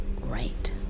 right